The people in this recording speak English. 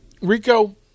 Rico